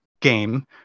game